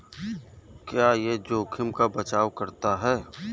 क्या यह जोखिम का बचाओ करता है?